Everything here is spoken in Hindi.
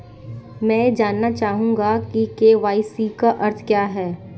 मैं जानना चाहूंगा कि के.वाई.सी का अर्थ क्या है?